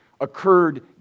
occurred